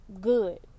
good